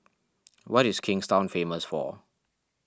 what is Kingstown famous for